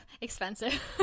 expensive